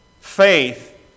Faith